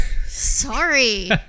sorry